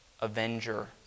avenger